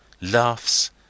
laughs